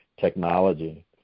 technology